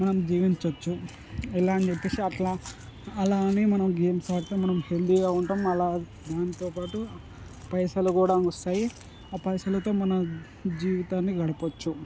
మనం జీవించొచ్చు ఎలా అని చెప్పేసి అట్లా అలా అని మనం గేమ్స్ ఆడితే మనం హెల్తీగా ఉంటాం అలా దాంతోపాటు పైసలు కూడా వస్తాయి ఆ పైసలుతో మనం జీవితాన్ని గడపొచ్చు